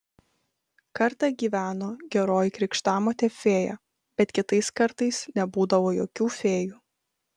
kartą gyveno geroji krikštamotė fėja bet kitais kartais nebūdavo jokių fėjų